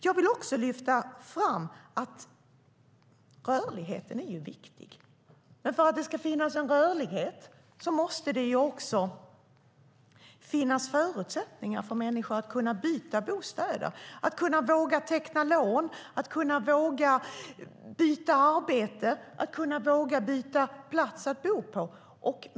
Jag vill också lyfta fram att rörligheten är viktig, men för att det ska finnas en rörlighet måste det också finnas förutsättningar för människor att byta bostäder, att våga teckna lån, att våga byta arbete och att våga byta plats att bo på.